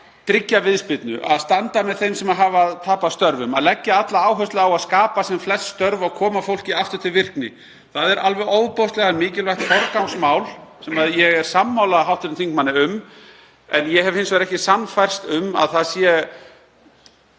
að tryggja viðspyrnu, standa með þeim sem hafa tapað störfum, að leggja alla áherslu á að skapa sem flest störf og koma fólki aftur til virkni. Það er alveg ofboðslega mikilvægt forgangsmál sem ég er sammála hv. þingmanni um. En ég hef hins vegar ekki sannfærst um að